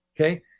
okay